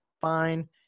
fine